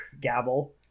Gavel